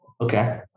Okay